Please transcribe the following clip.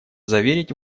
заверить